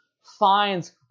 finds